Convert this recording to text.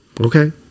okay